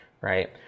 right